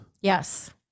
Yes